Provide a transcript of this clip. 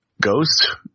Ghost